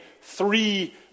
three